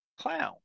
clown